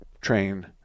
train